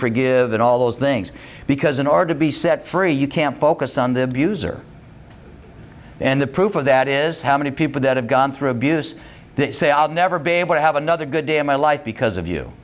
forgive and all those things because in order to be set free you can't focus on the abuser and the proof of that is how many people that have gone through abuse that say i'll never be able to have another good day in my life because of you